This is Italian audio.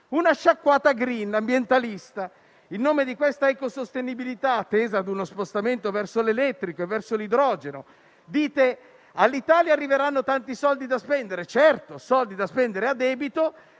una sciacquata *green* e ambientalista, in nome della eco-sostenibilità tesa a uno spostamento verso l'elettrico e l'idrogeno. Dite che ad Alitalia arriveranno tanti soldi da spendere. Certo, soldi da spendere a debito